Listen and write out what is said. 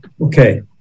Okay